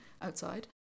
outside